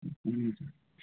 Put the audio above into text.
अँ